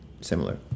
Similar